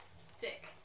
Sick